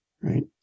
right